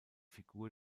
figur